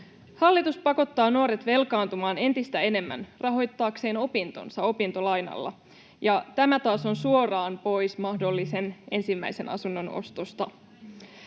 Hallitus pakottaa nuoret velkaantumaan entistä enemmän rahoittaakseen opintonsa opintolainalla, ja tämä taas on suoraan pois mahdollisen ensimmäisen asunnon ostosta.